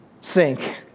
sink